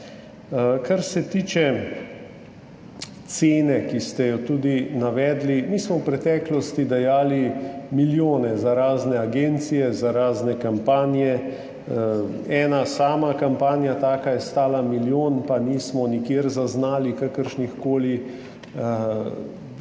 Kar se tiče cene, ki ste jo tudi navedli. Mi smo v preteklosti dajali milijone za razne agencije, za razne kampanje. Ena sama taka kampanja je stala milijon evrov, pa nismo nikjer zaznali kakršnihkoli,